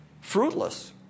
fruitless